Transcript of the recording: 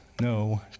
no